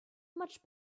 much